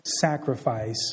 sacrifice